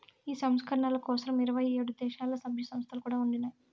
ఈ సంస్కరణల కోసరం ఇరవై ఏడు దేశాల్ల, సభ్య సంస్థలు కూడా ఉండినాయి